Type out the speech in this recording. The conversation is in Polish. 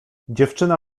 dziewczyna